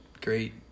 great